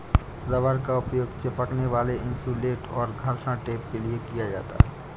rubber का उपयोग चिपकने वाला इन्सुलेट और घर्षण टेप के लिए किया जाता है